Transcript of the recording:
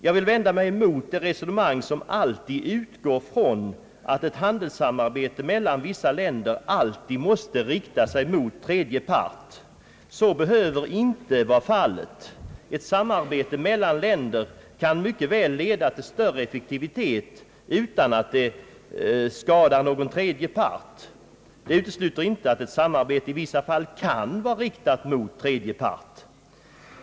Jag vill vända mig emot det resonemang som alltid utgår från att ett handelssamarbete mellan vissa länder alltid måste rikta sig mot tredje part. Så behöver inte vara fallet. Ett samarbete mellan länder kan mycket väl leda till större effektivitet utan att det skadar någon tredje part. Det utesluter inte att ett samarbete i vissa fall kan vara riktat mot tredje part.